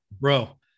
bro